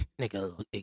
Nigga